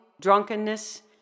drunkenness